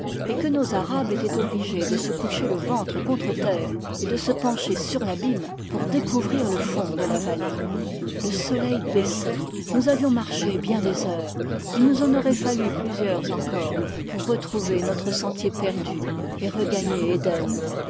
et que nos arabes étaient obligés de se coucher le ventre contre terre et de se pencher sur l'abîme pour découvrir le fond de la vallée le soleil baissait nous avions marché bien des heures il nous en aurait fallu plusieurs encore pour retrouver notre sentier perdu et regagner éden